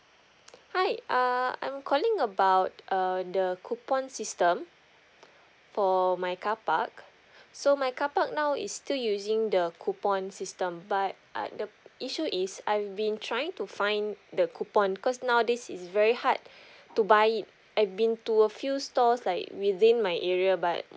hi err I'm calling about err the coupon system for my carpark so my carpark now is still using the coupon system but I the issue is I've been trying to find the coupon cause nowadays is very hard to buy it I've been to a few stores like within my area but